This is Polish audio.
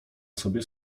sobie